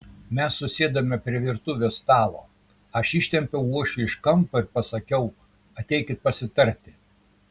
mes susėdome prie virtuvės stalo aš ištempiau uošvį iš kampo ir pasakiau ateikit pasitarti